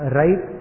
right